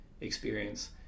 experience